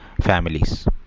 families